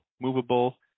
movable